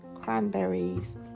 cranberries